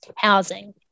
housing